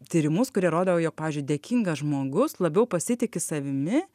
tyrimus kurie rodo jog pavyzdžiui dėkingas žmogus labiau pasitiki savimi